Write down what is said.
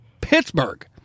Pittsburgh